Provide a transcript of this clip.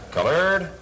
Colored